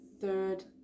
third